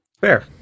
Fair